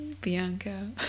Bianca